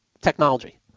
technology